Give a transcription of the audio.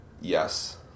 Yes